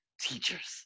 teachers